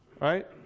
Right